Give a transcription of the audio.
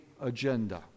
agenda